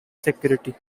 security